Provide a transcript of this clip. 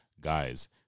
Guys